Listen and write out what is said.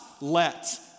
let